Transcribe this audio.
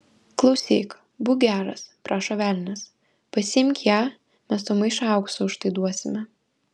klausyk būk geras prašo velnias pasiimk ją mes tau maišą aukso už tai duosime